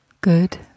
good